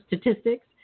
statistics